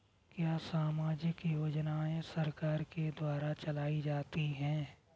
क्या सामाजिक योजनाएँ सरकार के द्वारा चलाई जाती हैं?